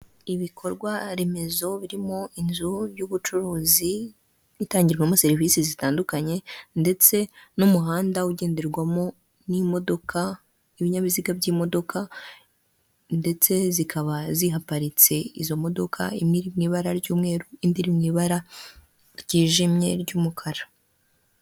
Ibikorwaremezo birimo inzu y'ubucuruzi bitangirwamo serivisi zitandukanye, ndetse n'umuhanda ugenderwamo n'imodoka, ibinyabiziga by'imodoka ndetse zikaba zihaparitse izo modoka, imwe iri mu ibara ry'umweru iri mu ibara ryijimye ry'umukara.